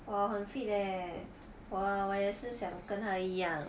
!wah! 很 fit leh !wah! 我也是想跟她一样